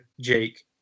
Jake